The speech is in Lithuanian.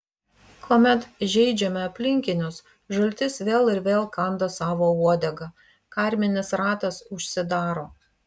kuomet žeidžiame aplinkinius žaltys vėl ir vėl kanda savo uodegą karminis ratas užsidaro